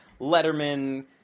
Letterman